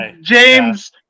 James